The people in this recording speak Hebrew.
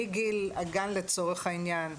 מגיל הגן לצורך העניין,